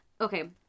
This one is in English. Okay